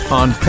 on